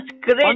great